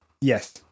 Yes